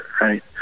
right